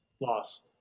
Loss